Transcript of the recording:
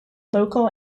local